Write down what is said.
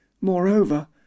Moreover